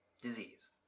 disease